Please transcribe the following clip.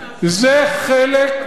זה חלק,